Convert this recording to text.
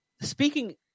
speaking